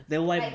then why